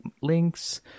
links